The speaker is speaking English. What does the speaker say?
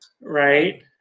right